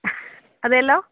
അതേല്ലോ